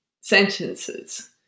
sentences